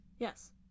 Yes